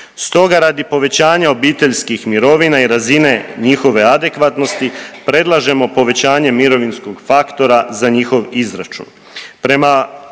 Stoga radi povećanja obiteljskih mirovina i razini njihove adekvatnosti predlažemo povećanje mirovinskog faktora za njihov izračun.